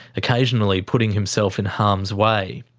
occasionally putting himself in harm's way.